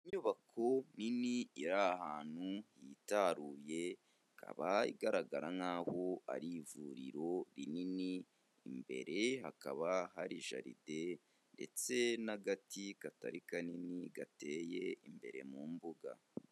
Inyubako nini iri ahantu hitaruye, ikaba igaragara nkaho ari ivuriro rinini, imbere hakaba hari jaride ndetse n'agati katari kanini gateye imbere mu mbuga.